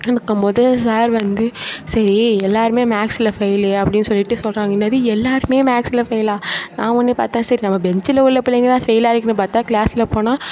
இருக்கும்போது சார் வந்து சரி எல்லாேருமே மேக்ஸ்சில் ஃபெயிலு அப்படின்னு சொல்லிட்டு சொல்கிறாங்க என்னது எல்லாேருமே மேக்ஸ்சில் ஃபெயிலா நான் ஒடனே பார்த்தா சரி நம்ம பெஞ்சில் உள்ள பிள்ளைங்க தான் ஃபெயிலாகிருக்குன்னு பார்த்தா கிளாஸ்சில் போனால்